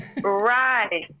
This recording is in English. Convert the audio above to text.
Right